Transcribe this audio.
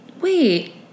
Wait